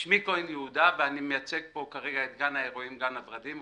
שמי כהן יהודה ואני מייצג פה כרגע את גן האירועים "גן הוורדים".